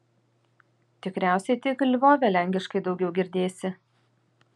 tikriausiai tik lvove lenkiškai daugiau girdėsi